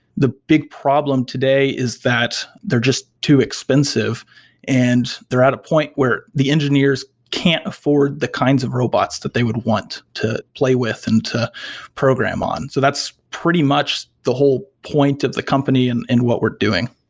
the big problem today is that they're just too expensive and they're at a point where the engineers can't afford the kinds of robots that they would want to play with and to program on. so that's pretty much the whole point of the company and and what we're doing.